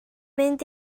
mynd